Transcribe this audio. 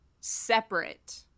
separate